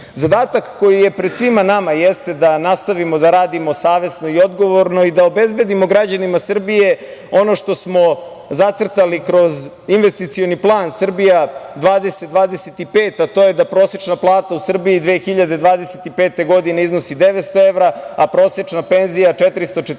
koji je pred svima nama jeste da nastavimo da radimo savesno i odgovorno i da obezbedimo građanima Srbije ono što smo zacrtali kroz investicioni plan "Srbija 2025", a to je da prosečna plata u Srbiji 2025. godine iznosi 900 evra, a prosečna penzija 440